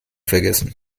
vergessen